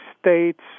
States